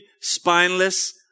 spineless